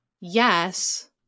yes